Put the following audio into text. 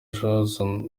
jason